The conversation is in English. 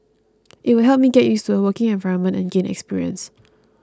it will help me get used to a working environment and gain experience